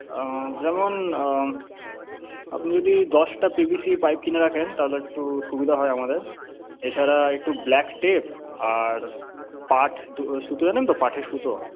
যেমন আপনি যদি দশটা পিভিসি পাইপ কিনে রাখেন তাহলে একটু সুবিধা হয় আমাদের এছাড়া একটু ব্ল্যাক টেপ আর পাট সুত জানেন তো পাটের সুত